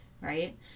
right